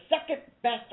second-best